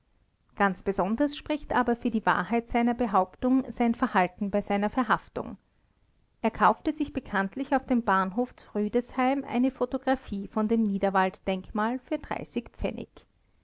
ganz besonders spricht aber für die wahrheit seiner behauptung sein verhalten bei seiner verhaftung er kaufte sich bekanntlich auf dem bahnhof zu rüdesheim eine photographie von dem niederwalddenkmal für